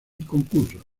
concursos